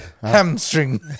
hamstring